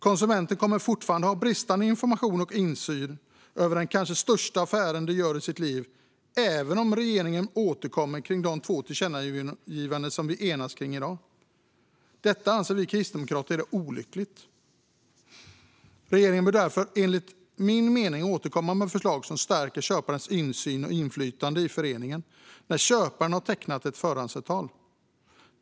Konsumenten kommer fortfarande att ha bristande information om och insyn i den kanske största affär de gör i sitt liv, även om regeringen återkommer angående de två tillkännagivanden vi enas om i dag. Detta anser vi kristdemokrater är olyckligt. Regeringen bör därför enligt min mening återkomma med förslag som stärker köparens insyn och inflytande i föreningen när köparen har tecknat ett förhandsavtal.